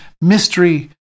mystery